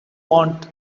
want